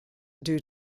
due